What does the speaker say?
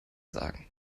sagen